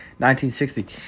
1960